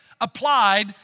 applied